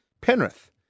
Penrith